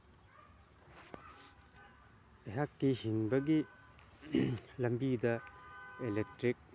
ꯑꯩꯍꯥꯛꯀꯤ ꯍꯤꯡꯕꯒꯤ ꯂꯝꯕꯤꯗ ꯑꯦꯂꯦꯛꯇ꯭ꯔꯤꯛ